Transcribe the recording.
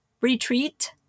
retreat